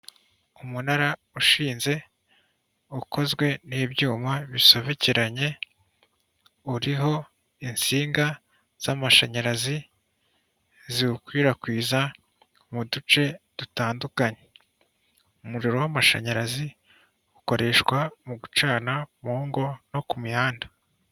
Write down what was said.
Umunara ushinze ukozwe n'ibyuma bisobekeranye ,uriho insinga z'amashanyarazi ziwukwirakwiza mu duce dutandukanye umuriro w'amashanyarazi ukoreshwa mu gucana mu ngo no ku mihanda.